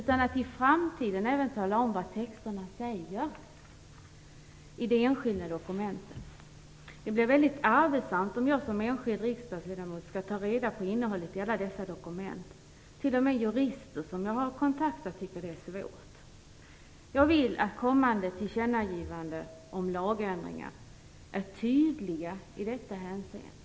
I framtiden bör man även tala om vad texterna säger i de enskilda dokumenten. Det blir väldigt arbetsamt om jag som enskild riksdagsledamot skall ta reda på innehållet i alla dessa dokument. T.o.m. jurister som jag har kontaktat tycker det är svårt. Jag vill att kommande tillkännagivanden om lagändringar är tydliga i detta hänseende.